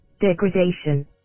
Degradation